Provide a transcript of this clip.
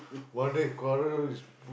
one day quarrel